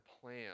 plan